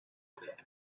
bleib